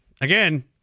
again